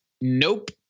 Nope